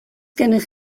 gennych